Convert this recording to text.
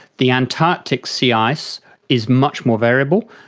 the antarctic sea ice is much more variable.